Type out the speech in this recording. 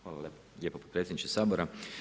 Hvala lijepo potpredsjedniče Sabora.